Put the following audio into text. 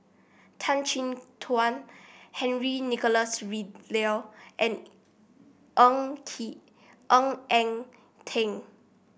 Tan Chin Tuan Henry Nicholas and Ng Ng Eng Teng